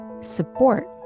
support